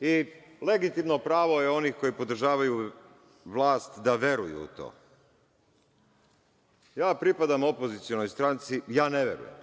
i legitimno pravo je onih koji podržavaju vlast da veruju u to. Ja pripadam opozicionoj stranci. Ja ne verujem